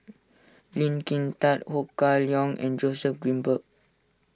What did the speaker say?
Lee Kin Tat Ho Kah Leong and Joseph Grimberg